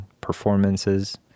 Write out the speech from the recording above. performances